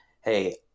Hey